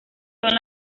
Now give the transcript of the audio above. son